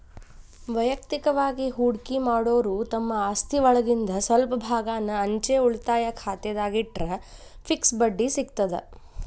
ವಯಕ್ತಿಕವಾಗಿ ಹೂಡಕಿ ಮಾಡೋರು ತಮ್ಮ ಆಸ್ತಿಒಳಗಿಂದ್ ಸ್ವಲ್ಪ ಭಾಗಾನ ಅಂಚೆ ಉಳಿತಾಯ ಖಾತೆದಾಗ ಇಟ್ಟರ ಫಿಕ್ಸ್ ಬಡ್ಡಿ ಸಿಗತದ